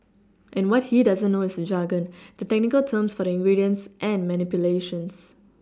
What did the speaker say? and what he doesn't know is jargon the technical terms for the ingredients and manipulations